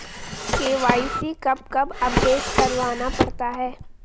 KYC कब कब update करवाना पड़ता है?